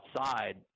outside